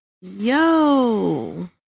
Yo